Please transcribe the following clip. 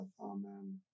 Amen